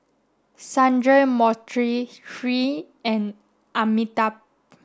Sundramoorthy Hri and Amitabh